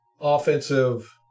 offensive